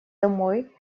домой